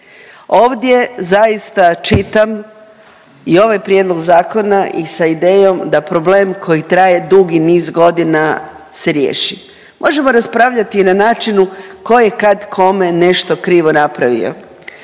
Ovdje zaista čitam i ovaj prijedlog zakona i sa idejom da problem koji traje dugi niz godina se riješi. Možemo raspravljati na načinu tko je kad kome nešto krivo napravio.